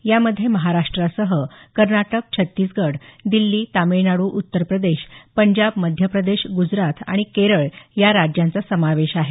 यामध्ये महाराष्ट्रासह कर्नाटक छत्तीसगढ दिल्ली तमिळनाडू उत्तर प्रदेश पंजाब मध्य प्रदेश गुजरात आणि केरळ या राज्यांचा समावेश आहे